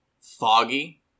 foggy